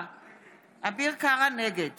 אביר קארה, נגד